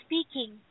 speaking